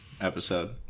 episode